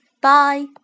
Bye